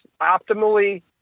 optimally